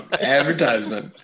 Advertisement